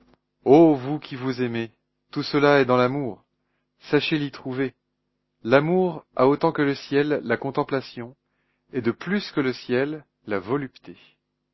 ô vous qui vous aimez tout cela est dans l'amour sachez l'y trouver l'amour a autant que le ciel la contemplation et de plus que le ciel la volupté